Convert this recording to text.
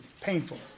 painful